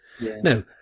Now